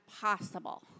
possible